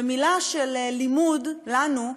ומילה של לימוד לנו,